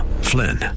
Flynn